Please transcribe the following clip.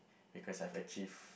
because I've achieved